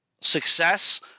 success